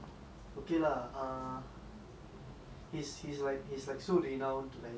he's he's like he's like so to like எல்லாருக்கும் அவங்கள தெரியும்:elarukum avangala theriyum